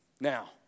Now